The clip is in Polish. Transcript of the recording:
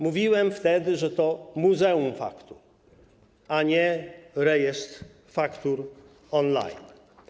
Mówiłem wtedy, że to muzeum faktur, a nie rejestr faktur on-line.